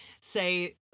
say